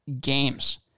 games